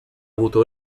avuto